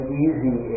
easy